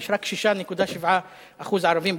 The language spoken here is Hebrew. יש רק 6.7% ערבים,